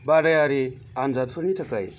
बादायारि आन्जादफोरनि थाखाय